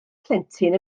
plentyn